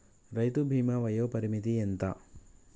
రైతు బీమా వయోపరిమితి ఎంత?